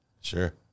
Sure